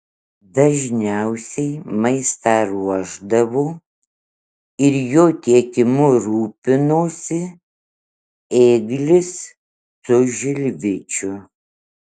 dažniausiai maistą ruošdavo ir jo tiekimu rūpinosi ėglis su žilvičiu